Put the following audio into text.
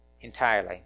entirely